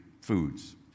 foods